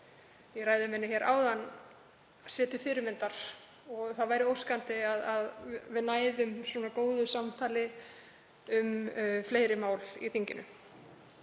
ég að það sé til fyrirmyndar og það væri óskandi að við næðum svona góðu samtali um fleiri mál í þinginu.